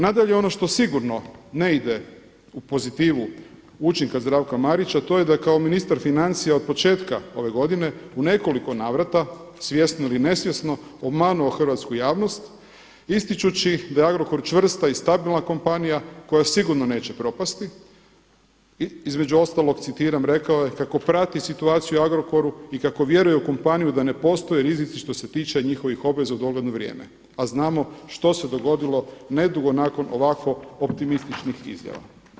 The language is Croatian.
Nadalje, ono što sigurno ne ide u pozitivu učinka Zdravka Marića, a to je da kao ministar financija od početka ove godine u nekoliko navrata svjesno ili nesvjesno obmanuo hrvatsku javnost ističući da je Agrokor čvrsta i stabilna kompanija koja sigurno neće propasti, između ostalog citiram rekao je „kako prati situaciju u Agrokoru i kako vjeruje u kompaniju da ne postoje rizici što se tiče njihovih obveza u dogledno vrijeme“, a znamo što se dogodilo nedugo nakon ovako optimističnih izjava.